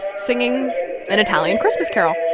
singing an italian christmas carol